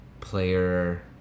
player